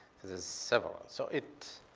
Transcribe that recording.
several. so it